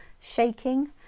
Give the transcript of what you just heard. shaking